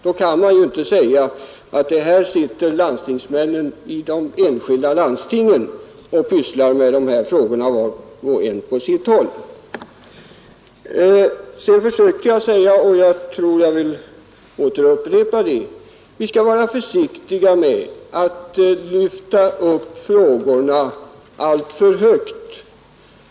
Man kan inte heller säga att här sitter landstingsmännen i de enskilda landstingen och pysslar med dessa frågor var och en på sitt håll. Jag försökte säga — och jag vill upprepa det — vi skall vara försiktiga med att lyfta upp frågorna alltför högt.